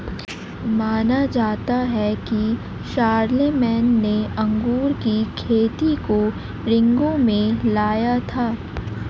माना जाता है कि शारलेमेन ने अंगूर की खेती को रिंगौ में लाया था